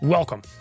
Welcome